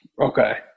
Okay